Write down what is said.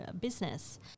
business